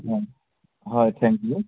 হয় হয় thank U